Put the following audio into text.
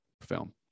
film